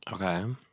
Okay